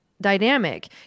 dynamic